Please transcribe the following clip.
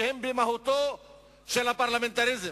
שהם במהותו של הפרלמנטריזם.